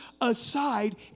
aside